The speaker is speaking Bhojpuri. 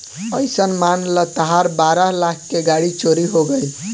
अइसन मान ल तहार बारह लाख के गाड़ी चोरी हो गइल